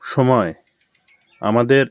সময় আমাদের